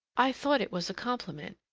i thought it was a compliment,